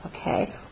Okay